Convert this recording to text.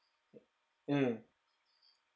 mm